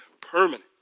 permanent